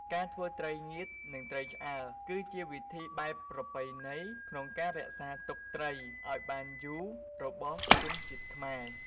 ការធ្វើត្រីងៀត និងត្រីឆ្អើរ គឺជាវិធីបែបប្រពៃណីក្នុងការរក្សាទុកត្រីឱ្យបានយូររបស់ជនជាតិខ្មែរ។